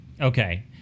Okay